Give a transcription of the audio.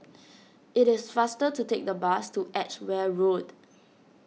it is faster to take the bus to Edgware Road